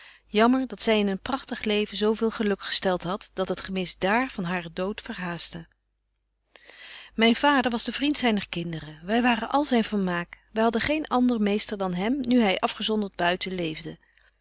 jammer dat zy in een pragtig leven zo veel geluk gestelt hadt dat het gemis dààr van haren dood verhaaste myn vader was de vriend zyner kinderen wy waren al zyn vermaak wy hadden geen ander meester dan hem nu hy afgezondert buiten leefde